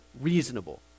reasonable